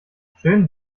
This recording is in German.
schönen